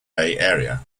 area